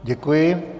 Děkuji.